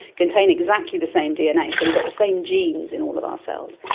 contain exactly the same dna. so we've got the same genes in all of our cells.